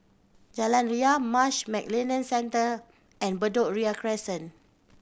Jalan Ria Marsh McLennan Centre and Bedok Ria Crescent